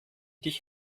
dich